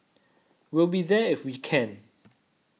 we'll be there if we can